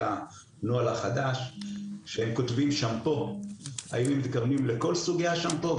הנוהל החדש שהם כותבים 'שמפו' האם הם מתכוונים לכל סוגי השמפו?